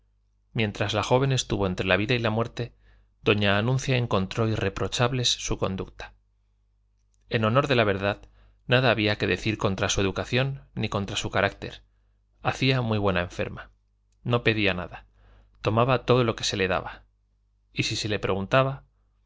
mientras la joven estuvo entre la vida y la muerte doña anuncia encontró irreprochable su conducta en honor de la verdad nada había que decir contra su educación ni contra su carácter hacía muy buena enferma no pedía nada tomaba todo lo que le daban y si se le preguntaba